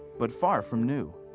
but far from new.